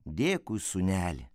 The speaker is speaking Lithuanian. dėkui sūneli